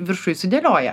viršuj sudėlioja